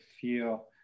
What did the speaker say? feel